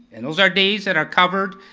and those are days that are covered.